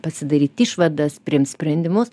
pasidaryt išvadas priimt sprendimus